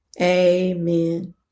Amen